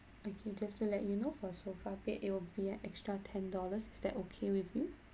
okay just to let you know for sofa bed it will be an extra ten dollars is that okay with you